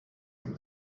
mbe